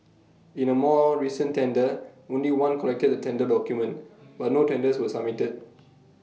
in A more recent tender only one collected the tender document but no tenders were submitted